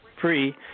free